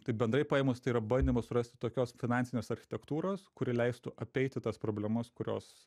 tai bendrai paėmus tai yra bandymas surasti tokios finansinės architektūros kuri leistų apeiti tas problemas kurios